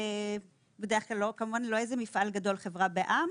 לא מפעל גדול, חברה בע"מ